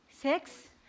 six